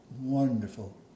wonderful